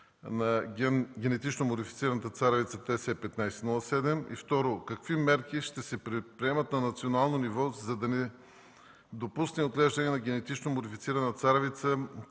на генетично модифицираната царевица ТС1507? И второ, какви мерки ще се предприемат на национално ниво, за да не се допусне отглеждане на генетично модифицирана царевица